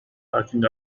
talking